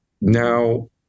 now